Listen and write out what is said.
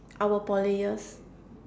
our Poly years